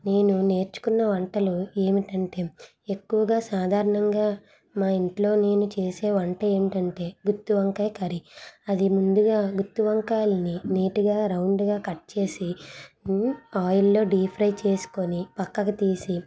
నేను నేర్చుకున్న వంటలు ఏమిటంటే ఎక్కువగా సాధారణంగా మా ఇంట్లో నేను చేసే వంట ఏంటంటే గుత్తి వంకాయ కర్రీ అది ముందుగా గుత్తి వంకాయలని నీట్గా రౌండ్గా కట్ చేసి ఆయిల్లో డీ ఫ్రై చేసుకుని పక్కకు తీసి